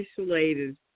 isolated